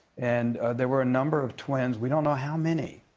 and there were a number of twins, we don't know how many,